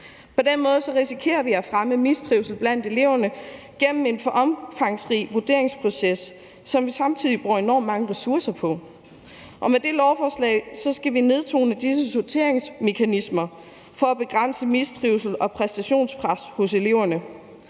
På den måde risikerer vi at fremme mistrivsel blandt eleverne gennem en for omfangsrig vurderingsproces, som vi samtidig bruger enormt mange ressourcer på, og med dette lovforslag skal vi nedtone disse sorteringsmekanismer for at begrænse mistrivsel og præstationspres hos eleverne